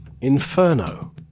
Inferno